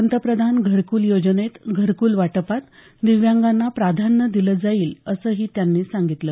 पंतप्रधान घरकूल योजनेत घरकूल वाटपात दिव्यांगांना प्राधान्य दिलं जाईल असंही त्यांनी सांगितलं